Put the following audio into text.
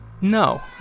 No